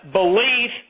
belief